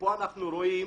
כאן אנחנו רואים